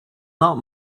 not